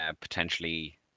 potentially